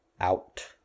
out